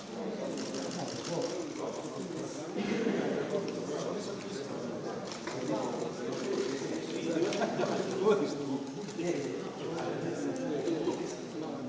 Hvala na